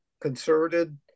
concerted